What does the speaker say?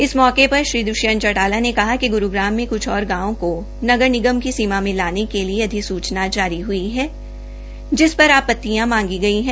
इस मौके पर श्री दृष्यंत चौटाला ने कहा कि ग्रुग्राम में कुछ और गांवों को नगर निगम की सीमा में लाने के लिए अधिसूचना जारी हई है जिस पर आपतियां मांगी गई हैं